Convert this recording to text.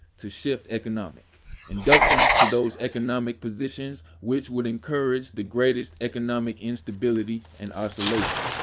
to shift economic inductance to those economic positions which would encourage the greatest economic instability and oscillation.